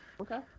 Okay